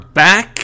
back